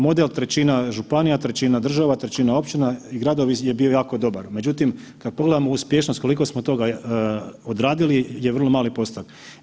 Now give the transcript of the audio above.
Model trećina županija, trećina država, trećina općina i gradovi je bio jako dobar, međutim, kad pogledamo uspješnost, koliko smo toga odradili je vrlo mali postotak.